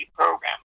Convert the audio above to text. Program